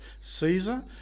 Caesar